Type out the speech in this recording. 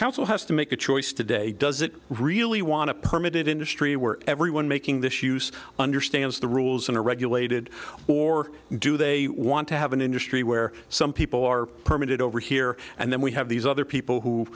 council has to make a choice today does it really want to permit it industry where everyone making this use understands the rules in a regulated or do they want to have an industry where some people are permitted over here and then we have these other people who